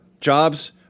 jobs